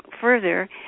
further